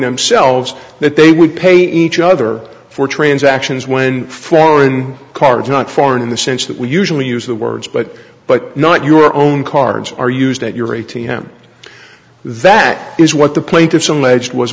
themselves that they would pay each other for transactions when foreign cards not foreign in the sense that we usually use the words but but not your own cards are used at your a t m that is what the plaintiffs alleged was